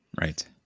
right